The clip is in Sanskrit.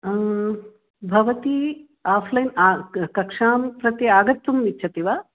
भवती आफ्लैन् आ कक्षां प्रति आगन्तुम् इच्छति वा